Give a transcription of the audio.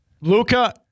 Luka